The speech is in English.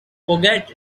forget